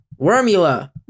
Wormula